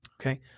Okay